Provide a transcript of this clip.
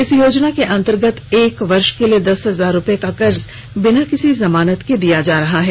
इस योजना के अंतर्गत एक वर्ष के लिए दस हजार रूपये का कर्ज बिना किसी जमानत के दिया जा रहा है